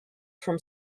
from